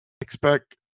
expect